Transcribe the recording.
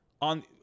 on